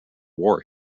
war